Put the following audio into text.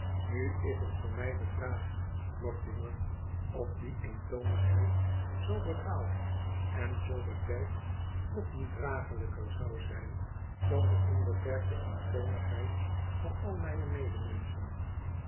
nu is het voor mij de vraag mortimer of die eentonigheid zoo bepaald en zoo beperkt nog niet draaglijker zou zijn dan de onbeperkte eentonigheid van al mijne medemenschen